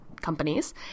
companies